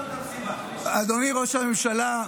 אדוני ראש הממשלה,